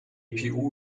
gpu